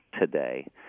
today